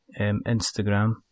Instagram